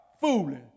fooling